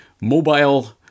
mobile